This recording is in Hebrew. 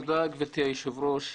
תודה גברתי היושבת ראש.